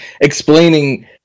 explaining